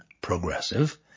progressive